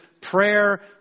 prayer